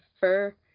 fur